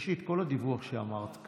יש לי את כל הדיווח שאמרת כאן.